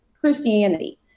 Christianity